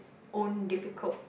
own difficult~